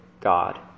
God